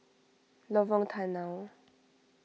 Lorong Tanau